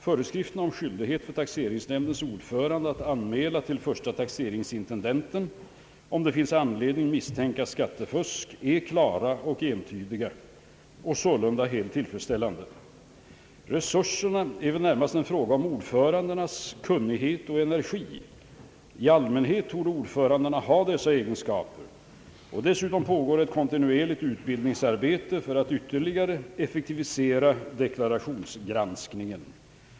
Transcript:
Föreskrifterna om skyldighet för taxeringsnämndens ordförande att anmäla till förste taxeringsintendenten om det finns anledning misstänka skattefusk är klara och entydiga och sålunda helt tillfredsställande. Resurserna är närmast en fråga om ordförandens kunnighet och energi. I allmänhet torde ordförandena ha dessa egenskaper. Dessutom pågår ett kontinuerligt utbildningsarbete för att ytterligare effektivisera = deklarationsgranskningen.